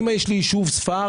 אם יש לי יישוב ספר,